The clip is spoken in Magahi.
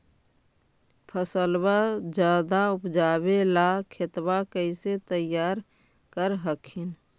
फसलबा ज्यादा उपजाबे ला खेतबा कैसे तैयार कर हखिन?